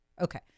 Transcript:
Okay